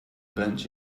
bench